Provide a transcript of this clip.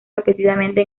repetidamente